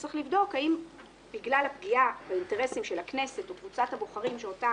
וצריך לבדוק האם בגלל הפגיעה באינטרסים של הכנסת או קבוצת הבוחרים שאותה